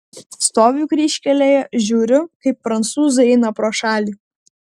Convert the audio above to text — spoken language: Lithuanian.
stoviu kryžkelėje žiūriu kaip prancūzai eina pro šalį